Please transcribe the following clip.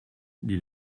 dit